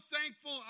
thankful